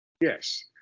Yes